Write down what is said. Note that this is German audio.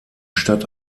stadt